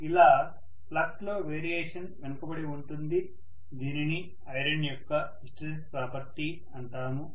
ఇలా ఫ్లక్స్ లో వేరియేషన్ వెనుకబడి ఉంటుంది దీనిని ఐరన్ యొక్క హిస్టీరిసిస్ ప్రాపర్టీ అంటాము